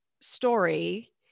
story